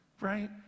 right